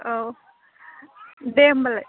औ दे होमबालाय